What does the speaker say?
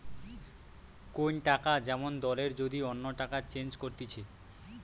কোন টাকা যেমন দলের যদি অন্য টাকায় চেঞ্জ করতিছে